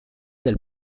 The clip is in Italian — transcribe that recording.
dal